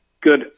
good